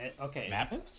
Okay